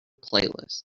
playlist